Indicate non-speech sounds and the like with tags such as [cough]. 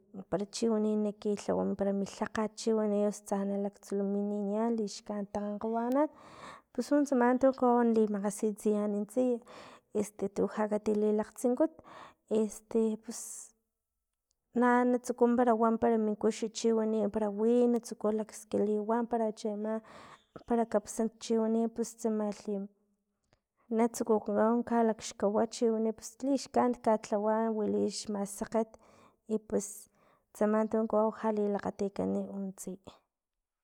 Para chi wani nakilhawa para mi lhakgat chiwani osu tsa na kitsulumaninian lixkanit takgankgawanan pus nuntsama tu kawau nali makgasitsiyan tsiy, este tu lhakatililakgtsinkut este pus na- natsuku wa para min kux para chiwanipara wi na tsuku lakskaliwa para che ama [noise] para kapsnat para chi wani pus tsamalhi natsukukgo kalakxkawa chiwani pus lixkanit kalhawa wili xmasekg i pues, tsama tun kawau lha lilakgatikani tsiy